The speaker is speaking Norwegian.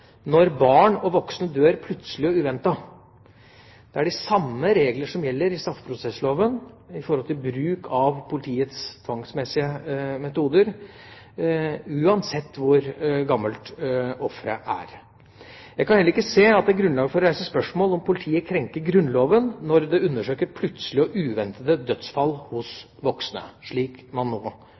når barn og voksne dør plutselig og uventet. Det er de samme reglene som gjelder i straffeprosessloven når det gjelder bruk av politiets tvangsmessige metoder, uansett hvor gammelt offeret er. Jeg kan heller ikke se at det er grunnlag for å reise spørsmål om politiet krenker Grunnloven når det undersøker plutselige og uventede dødsfall hos voksne, slik man nå